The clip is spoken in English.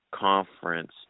Conference